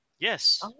Yes